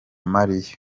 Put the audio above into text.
marie